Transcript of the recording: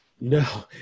No